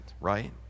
right